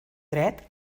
dret